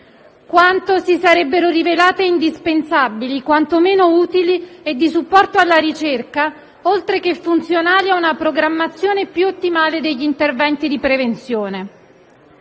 quanto si sarebbero rivelate indispensabili, quanto meno utili e di supporto alla ricerca, oltre che funzionali a una programmazione più ottimale degli interventi di prevenzione.